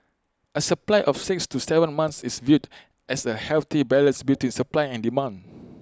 A supply of six to Seven months is viewed as A healthy balance between supply and demand